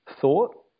thought